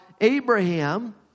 Abraham